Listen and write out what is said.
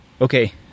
Okay